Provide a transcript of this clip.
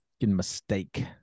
mistake